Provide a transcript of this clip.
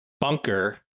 bunker